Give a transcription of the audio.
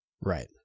Right